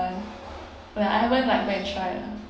when I won't like go and try la